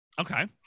okay